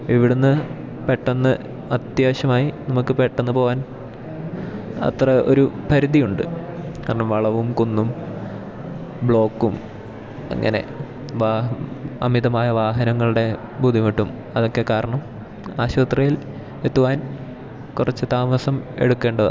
ഇവിടുന്ന് പെട്ടെന്ന് അത്യാവശ്യമായി നമുക്ക് പെട്ടെന്നു പോവാൻ അത്ര ഒരു പരിധിയുണ്ട് കാരണം വളവും കുന്നും ബ്ലോക്കും അങ്ങനെ അമിതമായ വാഹനങ്ങളുടെ ബുദ്ധിമുട്ടും അതൊക്കെ കാരണം ആശുപത്രിയിൽ എത്തുവാൻ കുറച്ചു താമസം എടുക്കേണ്ടത്